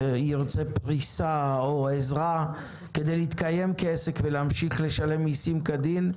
וירצה פריסה או עזרה כדי להתקיים כעסק ולהמשיך לשלם מיסים כדין,